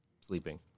sleeping